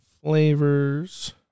flavors